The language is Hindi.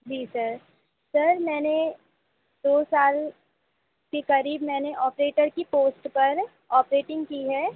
जी सर सर मैंने दो साल के करीब मैंने ऑपरेटर की पोस्ट पर ऑपरेटिंग की है